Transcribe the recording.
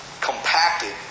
compacted